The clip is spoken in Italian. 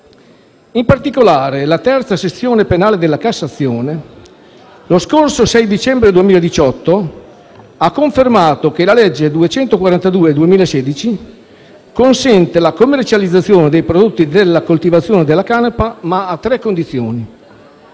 In particolare la III sezione penale della Cassazione lo scorso 6 dicembre 2018 ha confermato che la legge n. 242 del 2016 consente la commercializzazione dei prodotti della coltivazione della canapa ma a tre condizioni.